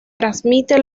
transmite